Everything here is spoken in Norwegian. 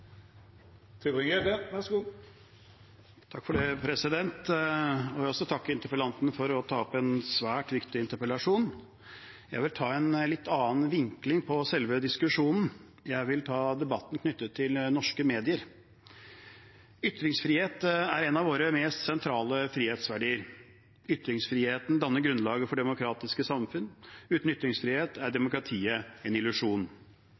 Jeg vil også takke interpellanten for å ta opp en svært viktig interpellasjon. Jeg vil ta en litt annen vinkling på selve diskusjonen – jeg vil ta debatten knyttet til norske medier. Ytringsfriheten er en av våre mest sentrale frihetsverdier. Ytringsfriheten danner grunnlaget for demokratiske samfunn. Uten ytringsfrihet er demokratiet en illusjon.